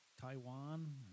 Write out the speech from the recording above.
Taiwan